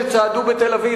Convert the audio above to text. שצעדו בתל-אביב,